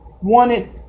wanted